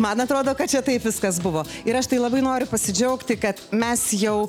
man atrodo kad čia taip viskas buvo ir aš tai labai noriu pasidžiaugti kad mes jau